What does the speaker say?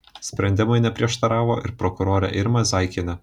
sprendimui neprieštaravo ir prokurorė irma zaikienė